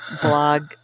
blog